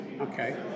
okay